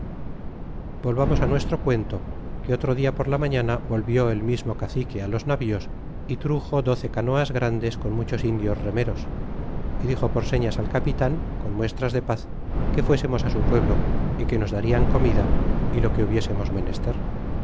volvamos nuestro cuento que otro dia por la maüana volvió el mismo cacique los navíos y truxo doce canoas grandes con muchos indios remeros y dixo por sellas al capitan con muestras de paz que fuesemos su pueblo y que nos darían comida y lo que hubiesemos menester